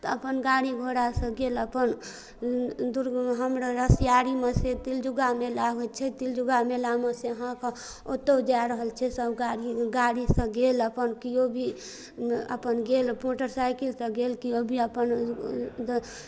तऽ अपन गाड़ी घोड़ासँ गेल अपन दूर हमरा रसियारीमे से तिलजुगा मेला होइ छै तिलजुगा मेलामे से अहाँके ओतौ जा रहल छै सब गाड़ी गाड़ीसँ गेल अपन केओ भी अपन गेल मोटरसाइकिलसँ गेल केओ भी अपन